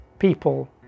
people